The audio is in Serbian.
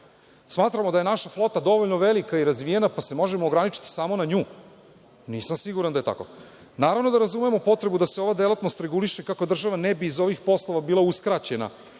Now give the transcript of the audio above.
Smatramo da je naša flota dovoljno velika i razvijena pa se možemo ograničiti samo na nju? Nisam siguran da je tako. Naravno da razumemo potrebu da se ova delatnost reguliše kako država ne bi iz ovih poslova bila uskraćena